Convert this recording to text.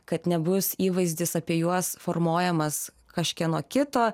kad nebus įvaizdis apie juos formuojamas kažkieno kito